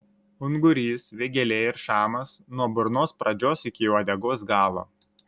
ungurys vėgėlė ir šamas nuo burnos pradžios iki uodegos galo